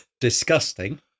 disgusting